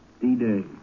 D-Day